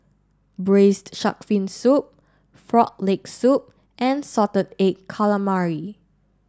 Braised Shark Fin Soup Frog Leg Soup and Salted Egg Calamari